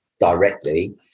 directly